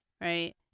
right